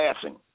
passing